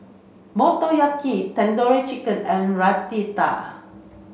Motoyaki Tandoori Chicken and Raita